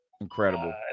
incredible